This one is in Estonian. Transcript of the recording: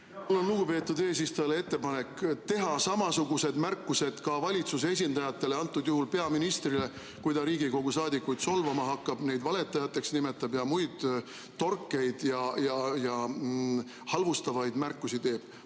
Mul on lugupeetud eesistujale ettepanek teha samasuguseid märkusi ka valitsuse esindajatele, antud juhul peaministrile, kui ta Riigikogu saadikuid solvama hakkab, neid valetajateks nimetab ja muid torkeid ja halvustavaid märkusi teeb.